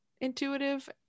intuitive